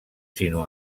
sinó